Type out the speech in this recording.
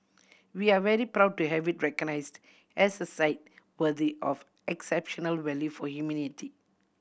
we are very proud to have it recognised as a site worthy of exceptional value for humanity